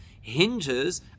hinges